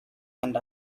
and